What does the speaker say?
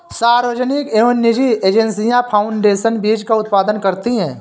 सार्वजनिक एवं निजी एजेंसियां फाउंडेशन बीज का उत्पादन करती है